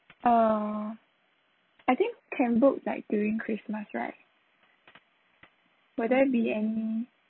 uh I think can book like during christmas right will there be any